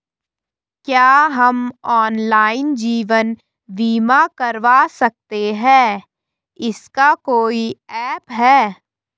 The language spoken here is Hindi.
क्या हम ऑनलाइन जीवन बीमा करवा सकते हैं इसका कोई ऐप है?